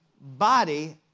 body